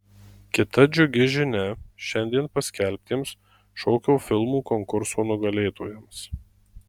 kita džiugi žinia šiandien paskelbtiems šokio filmų konkurso nugalėtojams